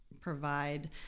provide